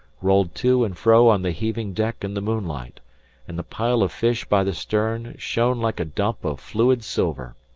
rolled to and fro on the heaving deck in the moonlight and the pile of fish by the stern shone like a dump of fluid silver.